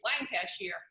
Lancashire